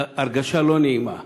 זאת הרגשה לא נעימה.